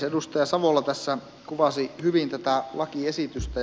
edustaja savola tässä kuvasi hyvin tätä lakiesitystä